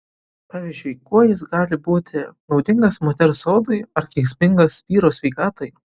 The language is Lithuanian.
pavyzdžiui kuo jis gali būti naudingas moters odai ar kenksmingas vyro sveikatai